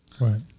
Right